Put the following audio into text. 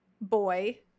boy